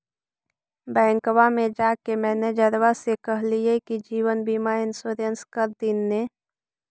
बैंकवा मे जाके मैनेजरवा के कहलिऐ कि जिवनबिमा इंश्योरेंस कर दिन ने?